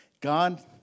God